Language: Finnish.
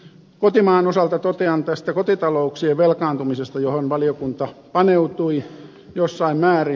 kotimaan osalta totean tästä kotitalouksien velkaantumisesta johon valiokunta paneutui jossain määrin